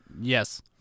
yes